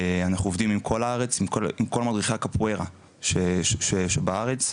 אנחנו עובדים עם כל מדריכי הקפוארה שיש בארץ.